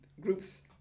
groups